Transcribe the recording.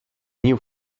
new